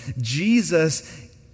Jesus